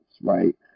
right